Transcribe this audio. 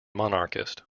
monarchist